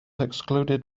excluded